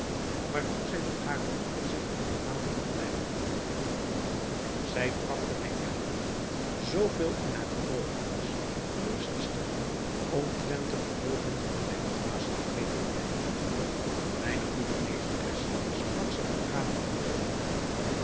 waartoe zij door haren onvoorzigtigen raad aanleiding had gegeven zij trachtte mij echter zoo veel in haar vermogen was gerust te stellen omtrent de gevolgen van mijne dwaze toegeefelijkheid mijne goede meesteres sprak zij met tranen in de oogen